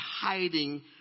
hiding